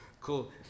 Cool